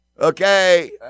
Okay